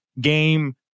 game